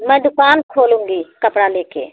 मैं दुकान खोलूँगी कपड़ा ले कर